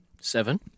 Seven